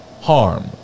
harm